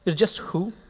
just who.